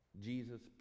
Jesus